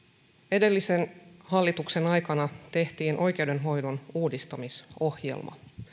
edellisen hallituksen aikana tehtiin oikeudenhoidon uudistamisohjelma